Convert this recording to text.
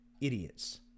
idiots